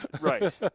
Right